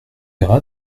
verra